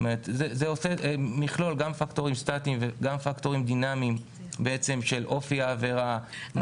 זה מכלול של פקטורים סטטיים וגם פקטורים דינמיים של אופי העבירה.